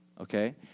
okay